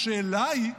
השאלה היא: